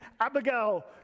Abigail